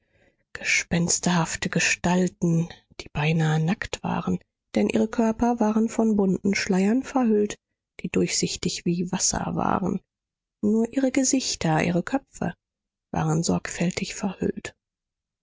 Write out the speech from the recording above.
gespensterhafte gestalten die beinahe nackt waren denn ihre körper waren von bunten schleiern verhüllt die durchsichtig wie wasser waren nur ihre gesichter ihre köpfe waren sorgfältig verhüllt